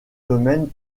domaines